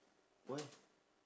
why